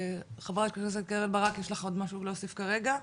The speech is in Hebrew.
חברת הכנסת קרן ברק, יש לך עוד משהו להוסיף כרגע?